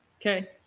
okay